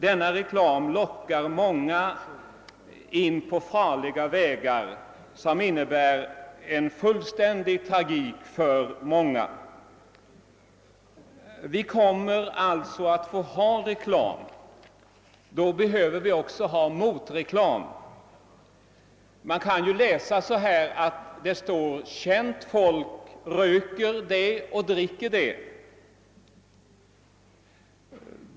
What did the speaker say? Denna reklam lockar många in på farliga vägar som många gånger leder till en fullständig tragik. Tills vidare kommer vi alltså att ha reklam. Då behöver vi också ha motreklam. Ibland får man läsa i reklamen att känt folk röker eller dricker det ena eller det andra.